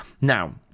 Now